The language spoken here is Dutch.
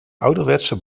ouderwetse